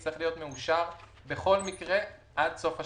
צריך להיות מאושר בכל מקרה עד סוף השנה,